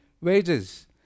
wages